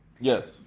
Yes